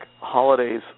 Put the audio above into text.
holidays